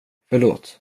förlåt